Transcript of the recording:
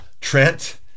Trent